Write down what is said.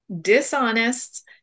dishonest